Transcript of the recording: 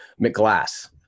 McGlass